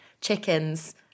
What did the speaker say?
chicken's